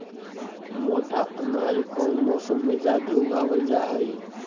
मोटा अनाज कौन मौसम में जादे उगावल जा हई?